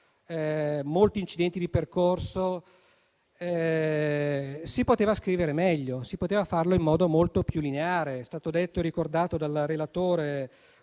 svariati incidenti di percorso. Si poteva scrivere meglio, si poteva farlo in modo molto più lineare. È stato detto e ricordato dal relatore,